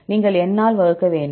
நீங்கள் N ஆல் வகுக்க வேண்டும்